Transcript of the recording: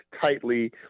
tightly